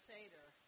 Seder